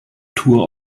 tour